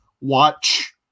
watch